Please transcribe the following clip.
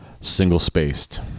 single-spaced